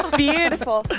beautiful.